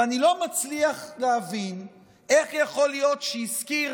ואני לא מצליח להבין איך יכול להיות שהזכיר